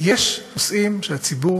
יש נושאים שהציבור